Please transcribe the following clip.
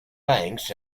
banks